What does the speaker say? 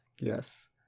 yes